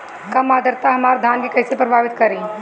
कम आद्रता हमार धान के कइसे प्रभावित करी?